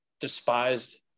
despised